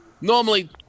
Normally